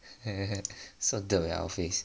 so ter your face